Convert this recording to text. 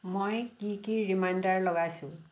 মই কি কি ৰিমাইণ্ডাৰ লগাইছোঁ